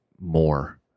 more